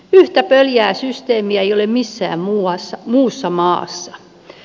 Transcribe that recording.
yhtä pöljää systeemiä ei ole missään muussa maassa